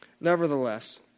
Nevertheless